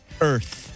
Earth